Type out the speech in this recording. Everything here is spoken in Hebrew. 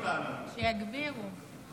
שואל את טלי.